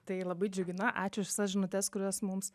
tai labai džiugina ačiū už visas žinutes kurias mums